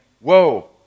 Whoa